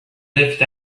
lived